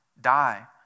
Die